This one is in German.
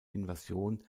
invasion